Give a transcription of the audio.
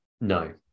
No